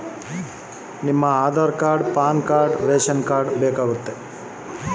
KYC ಮಾಡಲಿಕ್ಕೆ ಏನೇನು ದಾಖಲೆಬೇಕು?